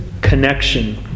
connection